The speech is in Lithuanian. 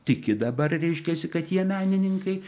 tiki dabar reiškiasi kad jie menininkai